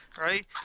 right